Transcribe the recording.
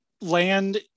land